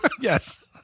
Yes